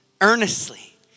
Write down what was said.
earnestly